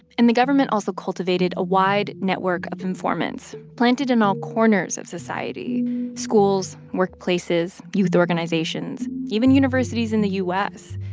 and the government also cultivated a wide network of informants planted in all corners of society schools, work places, youth organizations, even universities in the u s.